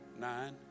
Nine